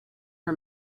her